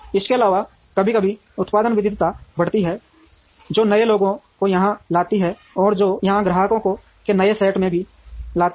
इसके अलावा कभी कभी उत्पाद विविधता बढ़ती है जो नए लोगों को यहां लाती है और जो यहां ग्राहकों के नए सेट में भी लाता है